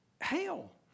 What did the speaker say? hell